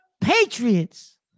Patriots